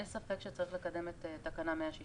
אין ספק שצריך לקדם את תקנה 168